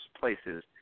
places